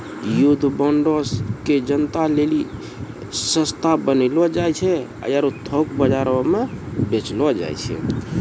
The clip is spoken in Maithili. युद्ध बांडो के जनता लेली सस्ता बनैलो जाय छै आरु थोक बजारो मे बेचलो जाय छै